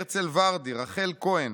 הרצל ורדי, רחל כהן,